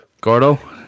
Gordo